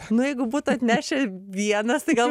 nu jeigu būtų atnešę vienas tai gal